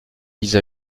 mise